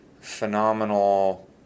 phenomenal